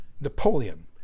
Napoleon